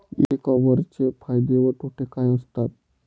E कॉमर्सचे फायदे व तोटे काय असतात?